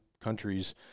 countries